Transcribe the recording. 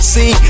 See